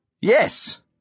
Yes